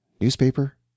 Newspaper